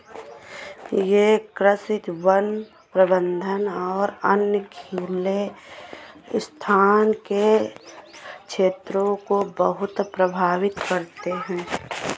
ये कृषि, वन प्रबंधन और अन्य खुले स्थान के क्षेत्रों को बहुत प्रभावित करते हैं